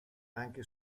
anche